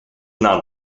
non